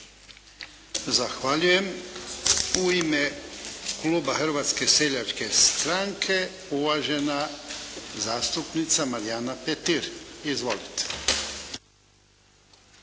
Zahvaljujem. U ime kluba Hrvatske seljačke stranke uvažena zastupnica Marijana Petir. Izvolite.